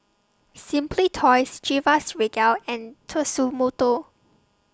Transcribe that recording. Simply Toys Chivas Regal and Tatsumoto